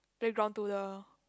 the playground to the